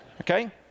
Okay